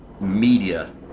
media